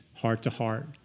Heart-to-heart